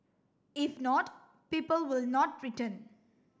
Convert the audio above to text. if not people will not return